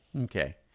Okay